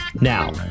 Now